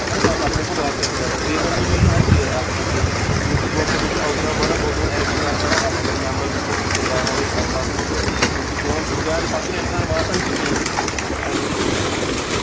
اہن حظ آ پَتہٕ ہیٚکو باقٕیَن تہِ واتنٲیِتھ بیٚیہِ ؤنۍ تو مےٚ یہِ حظ یہِ اَکھ کَتھ یہِ چوٗنٛکہِ دۄہ کھۄتہٕ دۄہ چھُ اوکاف بَڑان بہٕ اوسُس دَپَن اٮ۪لٮ۪کشَن اَکھ کَرہو مٮ۪مبر زٕ پانٛژھ ژٕ ہُہ روہو یَتھ اوقافَس تہٕ چوٗنٛکہِ کٲم تہِ چھِ زیادٕ پَتہٕ چھُنہٕ اِنسان واتان تہِ کِہیٖنۍ تہٕ اَمہِ موٗجوٗب